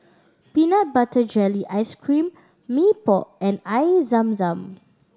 peanut butter jelly ice cream Mee Pok and Air Zam Zam